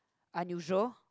unusual